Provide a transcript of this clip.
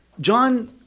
John